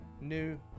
new